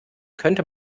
könnte